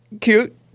cute